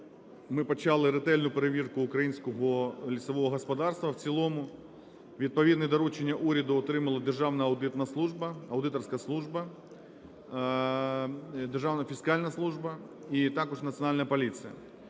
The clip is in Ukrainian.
ми почали ретельну перевірку українського лісового господарства в цілому. Відповідне доручення уряду отримала Державна аудитна служба, аудиторська служба, Державна фіскальна служба і також Національна поліція.